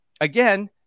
again